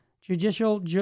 judicial